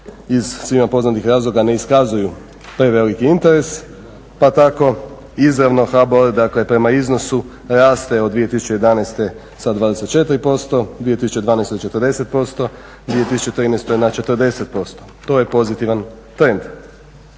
iz svima poznatih razloga ne iskazuju preveliki interes. Pa tako izravno HBOR dakle prema iznosu raste od 2011. sa 24%, 2012. 40%, 2013. na 40%. To je pozitivan trend.